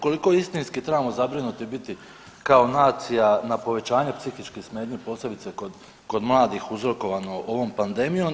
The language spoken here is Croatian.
Koliko istinski trebamo zabrinuti biti kao nacija na povećanje psihičkih smetnji posebice kod mladih uzrokovano ovom pandemijom?